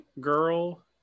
girl